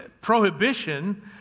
prohibition